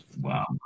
Wow